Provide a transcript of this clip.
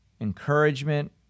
encouragement